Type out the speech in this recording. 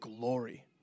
glory